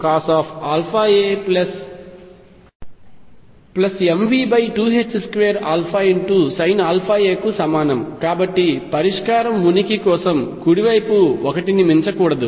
Coska CosαamV22α Sinαa కు సమానం కాబట్టి పరిష్కారం ఉనికి కోసం కుడి వైపు ఒకటి ని మించకూడదు